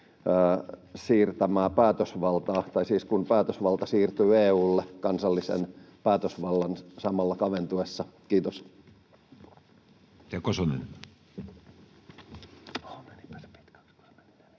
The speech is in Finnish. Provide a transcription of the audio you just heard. siirtämää päätösvaltaa, siis sitä, kun päätösvalta siirtyy EU:lle kansallisen päätösvallan samalla kaventuessa. — Kiitos.